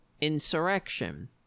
Insurrection